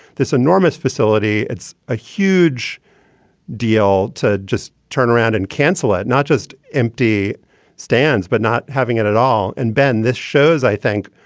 this enormous facility. it's a huge deal to just turn around. and cancela, not just empty stands, but not having it at all. and ben, this shows, i think,